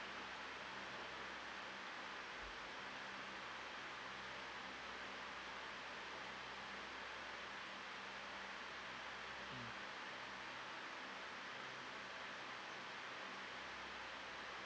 mm